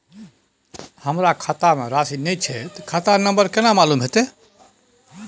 हमरा खाता में राशि ने छै ते खाता नंबर केना मालूम होते?